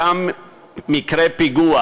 אותם מקרי פיגוע.